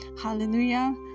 hallelujah